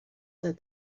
that